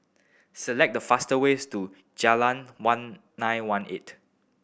select the faster ways to Jayleen One Nine One Eight